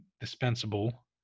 dispensable